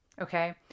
Okay